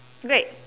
wait